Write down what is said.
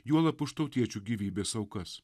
juolab už tautiečių gyvybės aukas